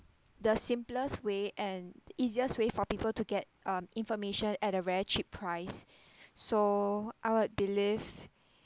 the simplest way and easiest way for people to get um information at a very cheap price so I would believe